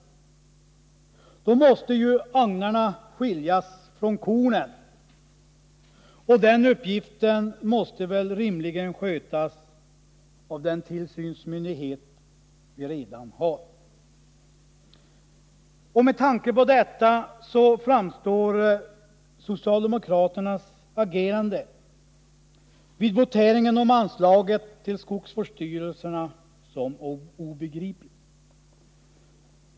Då måste agnarna skiljas från kornen, och den uppgiften måste naturligen skötas av den tillsynsmyndighet vi redan har. Med tanke på detta framstår socialdemokraternas agerande vid voieringen om anslaget till skogsvårdsstyrelserna som obegripligt.